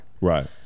Right